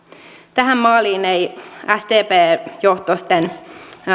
tähän maaliin ei sdp johtoisten